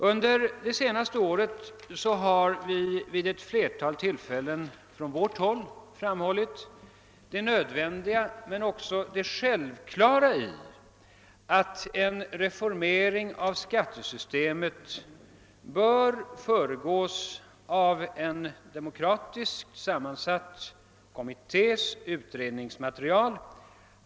Under det senaste året har vi från vårt håll vid ett flertal tillfällen framhållit det nödvändiga — men också självklara — i att en reformering av skattesystemet bör föregås av en demokratiskt sammansatt kommittés utredningsmaterial.